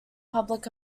public